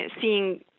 seeing